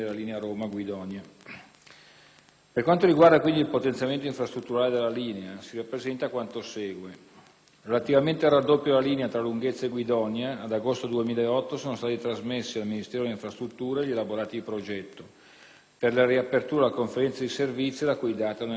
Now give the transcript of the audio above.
Per quanto riguarda, quindi, il potenziamento infrastrutturale della linea, si rappresenta quanto segue. Relativamente al raddoppio della linea tra Lunghezza e Guidonia, ad agosto 2008 sono stati trasmessi al Ministero delle infrastrutture gli elaborati di progetto per la riapertura della conferenza di servizi, la cui data non è stata ancora fissata.